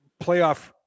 playoff